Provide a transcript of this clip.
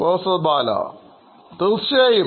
പ്രൊഫസർബാലതീർച്ചയായും